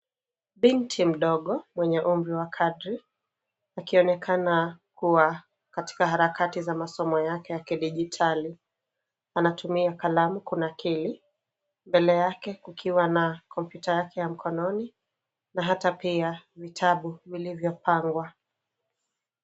Binti mdogo mwenye umri wa kadri akionekana kuwa katika harakati za masomo yake ya kidijitali. Anatumia kalamu kunakili, mbele yake kukiwa na kompyuta yake ya mkononi na hata pia vitabu vilivyopangwa.